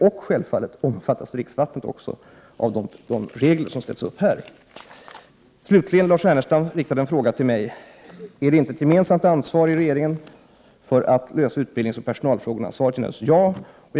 Och självfallet omfattas även dricksvattnet av de regler som ställs upp här. Lars Ernestam riktade följande fråga till mig: Är det inte ett gemensamt ansvar i regeringen att lösa utbildningsoch personalfrågorna? Svaret är naturligtvis ja.